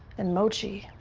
and mochi.